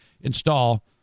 install